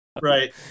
Right